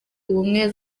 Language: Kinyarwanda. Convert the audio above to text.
ubumwe